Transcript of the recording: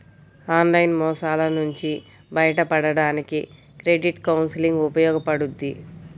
online మోసాల నుంచి బయటపడడానికి క్రెడిట్ కౌన్సిలింగ్ ఉపయోగపడుద్ది